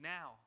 Now